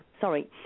sorry